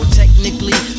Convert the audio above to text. technically